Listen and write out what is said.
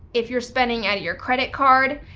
if you're spending out of your credit card,